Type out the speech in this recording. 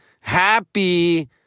happy